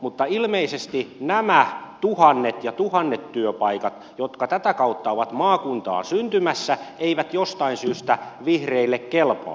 mutta ilmeisesti nämä tuhannet ja tuhannet työpaikat jotka tätä kautta ovat maakuntaan syntymässä eivät jostain syystä vihreille kelpaa